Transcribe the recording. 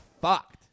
fucked